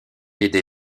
aider